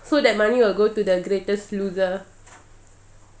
so that money will go to the greatest loser